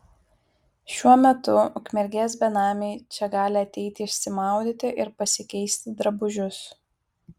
šiuo metu ukmergės benamiai čia gali ateiti išsimaudyti ir pasikeisti drabužius